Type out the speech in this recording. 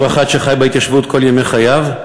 בתור אחד שחי בהתיישבות כל ימי חייו,